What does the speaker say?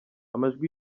amajwi